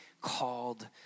called